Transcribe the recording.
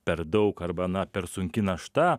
per daug arba na per sunki našta